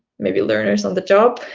maybe learners on the job,